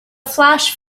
flash